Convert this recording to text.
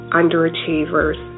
underachievers